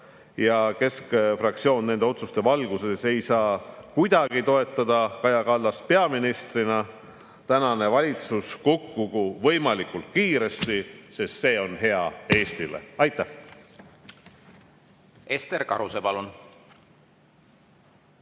Ja keskfraktsioon ei saa nende otsuste valguses kuidagi toetada Kaja Kallast peaministrina. Tänane valitsus kukkugu võimalikult kiiresti, sest see on hea Eestile. Aitäh! Ester Karuse, palun!